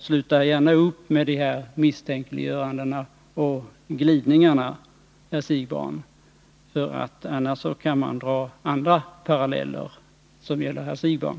Sluta gärna upp med dessa misstänkliggöranden och glidningar, herr Siegbahn! Annars kan man dra andra paralleller, som gäller herr Siegbahn.